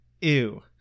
ew